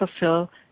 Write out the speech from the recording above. fulfill